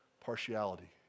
partiality